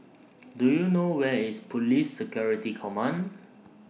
Do YOU know Where IS Police Security Command